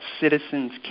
citizens